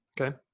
Okay